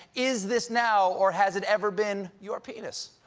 is this now or has it ever been your penis?